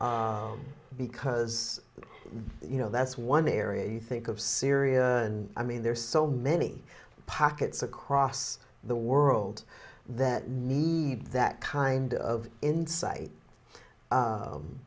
because you know that's one area a think of syria i mean there's so many pockets across the world that need that kind of insight